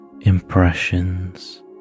impressions